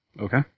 Okay